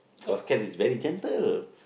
cause cats is very gentle